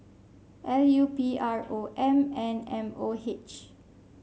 L U P R O M and M O H